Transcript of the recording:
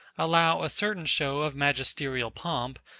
allow a certain show of magisterial pomp,